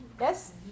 yes